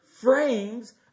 frames